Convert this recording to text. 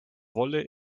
wolle